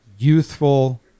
youthful